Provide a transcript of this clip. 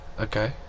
Okay